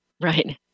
Right